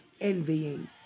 envying